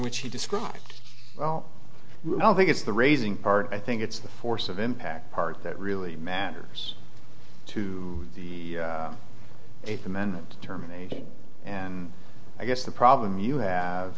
which he described well i don't think it's the raising part i think it's the force of impact part that really matters to the eighth amendment terminating and i guess the problem you have